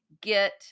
get